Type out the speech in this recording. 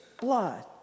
blood